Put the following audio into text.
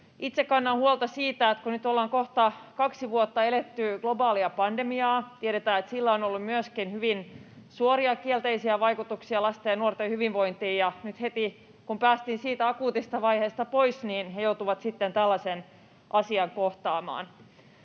Itse kannan huolta siitä, että kun nyt ollaan kohta kaksi vuotta eletty globaalia pandemiaa, tiedetään, että sillä on ollut myöskin hyvin suoria kielteisiä vaikutuksia lasten ja nuorten hyvinvointiin, niin nyt heti kun päästiin siitä akuutista vaiheesta pois, he joutuvat sitten tällaisen asian kohtaamaan.